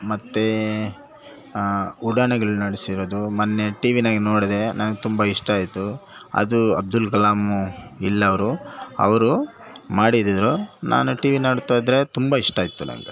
ಮತ್ತು ಉಡಾನೆಗಳ್ ನಡೆಸಿರೋದು ಮೊನ್ನೆ ಟಿವಿನಾಗ ನೋಡಿದೆ ನನಗೆ ತುಂಬ ಇಷ್ಟ ಆಯಿತು ಅದು ಅಬ್ದುಲ್ ಕಲಾಮ್ ಇಲ್ಲ ಅವರು ಅವರು ಮಾಡಿದಿದ್ರು ನಾನು ಟಿ ವಿ ನೋಡ್ತಾಯಿದ್ದರೆ ತುಂಬ ಇಷ್ಟ ಆಯಿತು ನನಗೆ